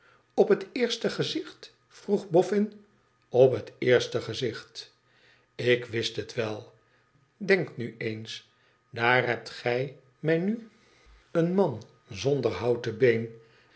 p het eerste gezicht vroeg boffin p het eerste gezicht ik wist het wel denk nu eens daar hebt gij mij nu een man zonder lk aten been